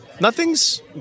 Nothing's